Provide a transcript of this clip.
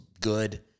good